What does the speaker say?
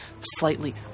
slightly